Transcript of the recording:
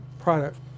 product